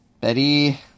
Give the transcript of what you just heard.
betty